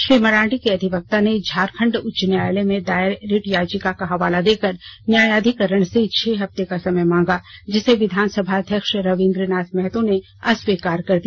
श्री मरांडी के अधिवक्ता ने झारखंड उच्च न्यायालय में दायर रिट याचिका का हवाला देकर न्यायाधीकरण से छह हफ्ते का समय मांगा जिसे विधानसभा अध्यक्ष रवीन्द्र नाथ महतो ने अस्वीकार कर दिया